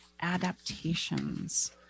adaptations